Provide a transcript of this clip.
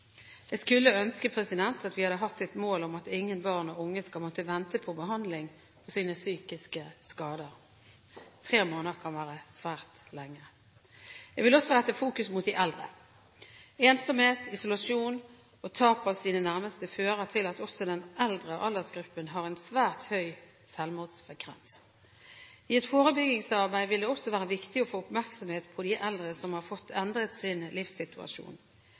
Jeg skulle ønske at vi hadde hatt et mål om at ingen barn og unge skal måtte vente på behandling for sine psykiske skader – tre måneder kan være svært lenge. Jeg vil også rette fokus mot de eldre. Ensomhet, isolasjon og tap av de nærmeste fører til at også den eldre aldersgruppen har en svært høy selvmordsfrekvens. I et forebyggingsarbeid vil det også være viktig å få oppmerksomhet på de eldre som har fått endret sin livssituasjon.